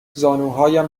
زانوهایم